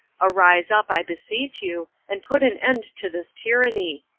arise up, i beseech you, and put an end to this tyranny.